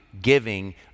giving